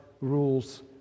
rules